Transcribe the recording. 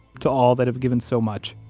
to all that have given so much,